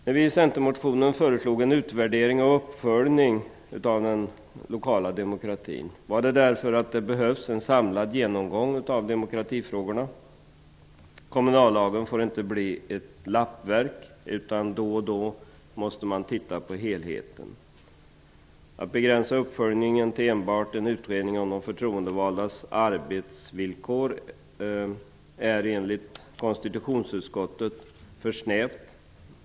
När vi i Centern föreslog en utvärdering och uppföljning av den lokala demokratin, var det därför att det behövs en samlad genomgång av demokratifrågorna. Kommunallagen får inte bli ett lappverk, utan då och då måste man titta på helheten. Att begränsa uppföljningen till enbart en utredning om de förtroendevaldas arbetsvillkor är enligt konstitutionsutskottet för snävt.